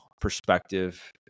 perspective